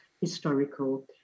historical